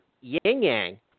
yin-yang